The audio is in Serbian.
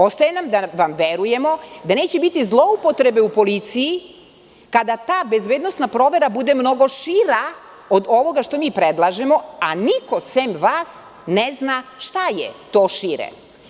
Ostaje nam da vam verujemo da neće biti zloupotrebe u policiji, kada ta bezbednosna provera bude mnogo šira od ovoga što mi predlažemo, a niko sem vas ne zna šta je to šire.